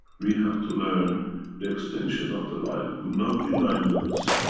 we have to learn the extension of the life will not be nine months.